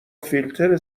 فیلتر